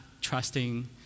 trusting